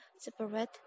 separate